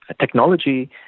technology